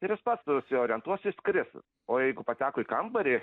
ir jis pats susiorientuos išskris o jeigu pateko į kambarį